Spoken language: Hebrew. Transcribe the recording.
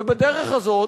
ובדרך הזאת,